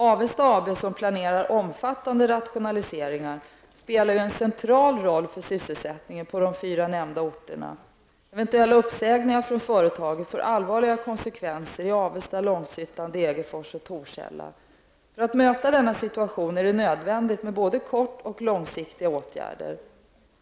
Avesta AB, som planerar omfattande rationaliseringar, spelar en central roll för sysselsättningen på de fyra nämnda orterna. Eventuella uppsägningar från företaget får allvarliga konsekvenser i Avesta, Långshyttan, Degerfors och Torshälla. För att möta denna situation är det nödvändigt med både kort och långsiktiga åtgärder.